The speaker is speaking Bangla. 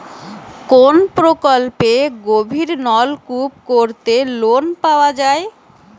কোন প্রকল্পে গভির নলকুপ করতে লোন পাওয়া য়ায়?